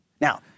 Now